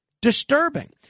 disturbing